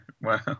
wow